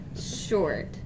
Short